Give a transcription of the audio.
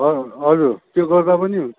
ह हजुर त्यो गर्दा पनि हुन्छ